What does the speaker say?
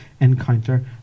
encounter